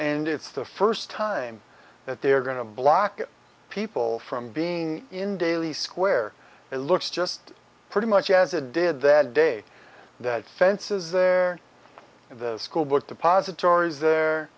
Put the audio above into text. and it's the first time that they're going to block people from being in daily square it looks just pretty much as it did that day that fence is there in the school book depository there there